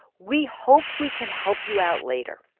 we hope we can help you out later.